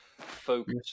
focus